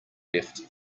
left